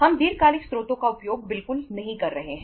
हम दीर्घकालिक स्रोतों का उपयोग बिल्कुल नहीं कर रहे हैं